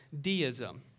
deism